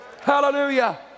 Hallelujah